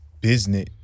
business